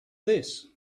this